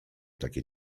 takie